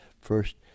first